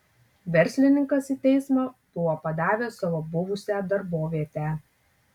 verslininkas į teismą buvo padavęs savo buvusią darbovietę